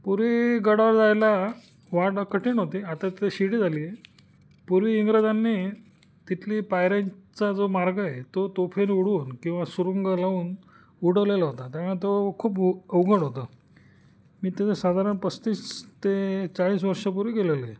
पूर्वी गडावर जायला वाटा कठीण होती आता तितं शिडी झाली आहे पूर्वी इंग्रजांनी तिथली पायऱ्यांचा जो मार्ग आहे तो तोफेने उडवून किंवा सुरुंग लावून उडवलेला होता त्यामुळं तो खूप उ अवघड होता मी तिथं साधारण पस्तीस ते चाळीस वर्षापूर्वी गेलेलो आहे